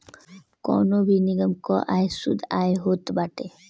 कवनो भी निगम कअ आय शुद्ध आय होत बाटे